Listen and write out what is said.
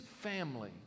family